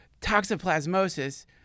toxoplasmosis